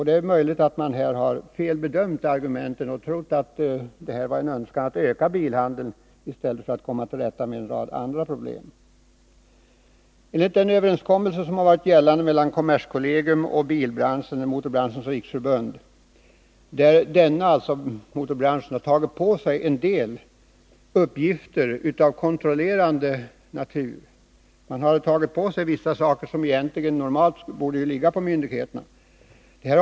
Det är möjligt att bilbranschens argument har felbedömts och att man har trott att bakom dem låg en önskan att öka bilhandeln, när det i stället var fråga om att komma till rätta med en rad andra problem. Genom den överenskommelse mellan kommerskollegium och bilbranschen via Motorbranschens riksförbund som har varit gällande har motorbranschen tagit på sig en del uppgifter av kontrollerande natur, av vilka vissa normalt borde ha legat på myndigheterna.